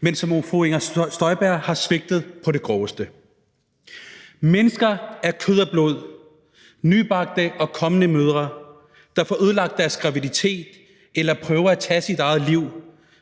men som fru Inger Støjberg har svigtet på det groveste. Mennesker af kød og blod, nybagte og kommende mødre, der får ødelagt deres graviditet eller prøver at tage deres eget liv,